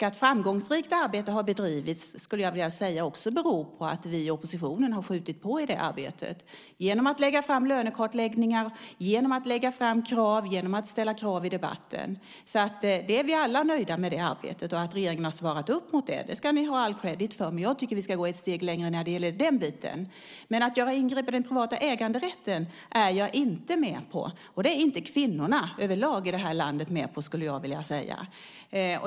Att framgångsrikt arbete har bedrivits beror också, skulle jag vilja säga, på att vi i oppositionen har skjutit på i detta arbete genom att lägga fram lönekartläggningar, genom att ställa krav i debatten. Vi är alla nöjda med det arbetet och med att regeringen har svarat upp mot det. Det ska ni ha all credit för. Jag tycker dock att vi ska gå ett steg längre när det gäller den biten. Men att göra ingrepp i den privata äganderätten är jag inte med på, och det är inte kvinnorna överlag i det här landet med på, skulle jag vilja säga.